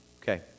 Okay